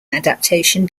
adaptation